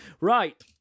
Right